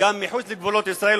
וגם מחוץ לגבולות ישראל.